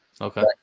okay